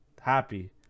happy